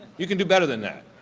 you can do better than that.